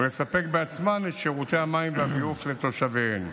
ולספק בעצמן את שירותי המים והביוב לתושביהן.